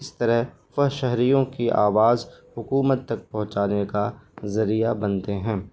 اس طرح وہ شہریوں کی آواز حکومت تک پہنچانے کا ذریعہ بنتے ہیں